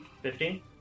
Fifteen